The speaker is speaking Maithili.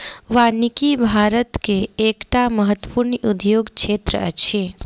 वानिकी भारत के एकटा महत्वपूर्ण उद्योग क्षेत्र अछि